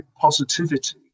positivity